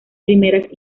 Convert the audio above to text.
primeras